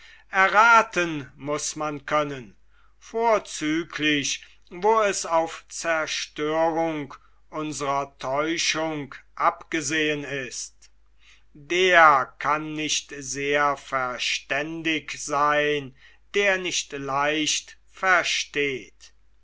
errathen muß man können vorzüglich wo es auf zerstörung unsrer täuschung abgesehen ist der kann nicht sehr verständig seyn der nicht leicht versteht